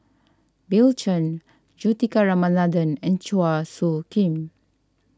Bill Chen Juthika Ramanathan and Chua Soo Khim